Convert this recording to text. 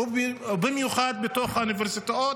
ובמיוחד בתוך האוניברסיטאות.